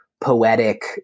poetic